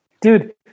Dude